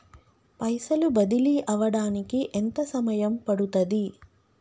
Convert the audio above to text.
పైసలు బదిలీ అవడానికి ఎంత సమయం పడుతది?